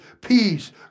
peace